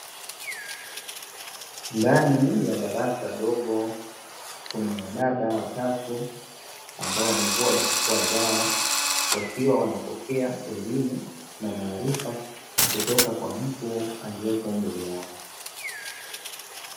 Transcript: Ndani ya darasa dogo kuna wadada watatu ambao wamevua barakoa zao wakiwa wanapokea elimu na maarifa kutoka kwa mtu aliyepo mbele yao.